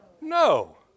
No